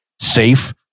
safe